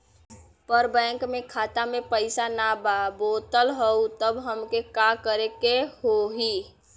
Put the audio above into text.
पर बैंक मे खाता मे पयीसा ना बा बोलत हउँव तब हमके का करे के होहीं?